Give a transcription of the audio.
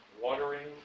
Watering